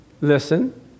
listen